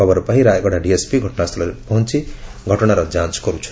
ଖବର ପାଇ ରାୟଗଡ଼ା ଡିଏସ୍ପି ଘଟଣାସ୍ଚଳରେ ପହଞ୍ ଘଟଣାର ଯାଞ୍ କରୁଛନ୍ତି